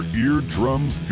eardrums